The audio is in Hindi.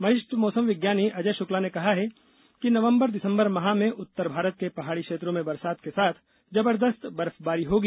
वरिष्ठ मौसम विज्ञानी अजय शुक्ला ने कहा कि नवंबर दिसंबर माह में उत्तर भारत के पहाड़ी क्षेत्रों में बरसात के साथ जबरदस्त बर्फबारी होगी